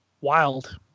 wild